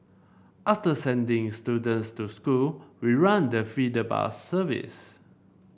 after sending students to school we run the feeder bus service